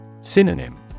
Synonym